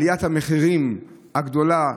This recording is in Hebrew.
עליית המחירים הגדולה,